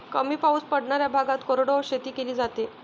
कमी पाऊस पडणाऱ्या भागात कोरडवाहू शेती केली जाते